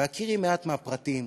בהכירי מעט מהפרטים